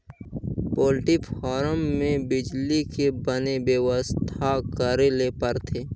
poultry farm में बिजली के बने बेवस्था करे ले परथे